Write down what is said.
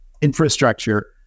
infrastructure